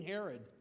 Herod